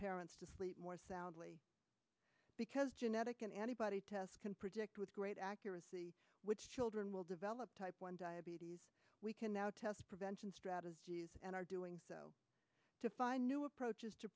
parents to sleep more soundly because genetic an antibody test can predict with great accuracy which children will develop type one diabetes we can now test prevention strategies and are doing so to find new approaches to